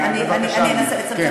-- אני אישרתי לו,